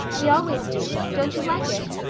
we always do. don't you like it?